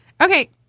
Okay